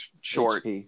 short